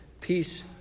peace